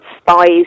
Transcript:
spies